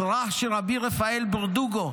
השרח של רבי רפאל בירדוגו,